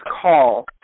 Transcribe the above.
call